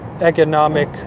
economic